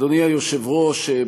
אדוני היושב-ראש,